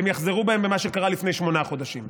הן יחזרו בהן ממה שקרה לפני שמונה חודשים.